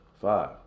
five